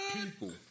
people